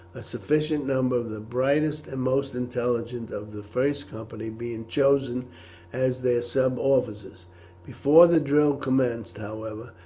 a sufficient number of the brightest and most intelligent of the first company being chosen as their sub-officers. before the drill commenced, however,